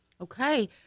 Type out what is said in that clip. Okay